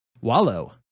Wallow